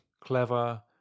clever